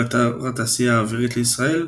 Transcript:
באתר התעשייה האווירית לישראל